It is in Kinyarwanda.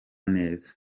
neza